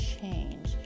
change